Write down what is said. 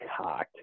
cocked